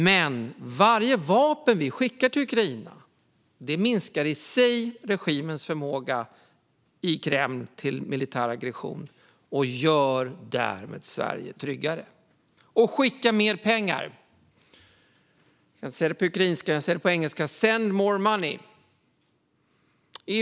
Men varje vapen som vi skickar till Ukraina minskar i sig regimens i Kreml förmåga till militär aggression och gör därmed Sverige tryggare. Skicka mer pengar! Jag ska inte säga på det ukrainska, utan jag säger det på engelska: Send more money!